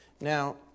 Now